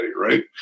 right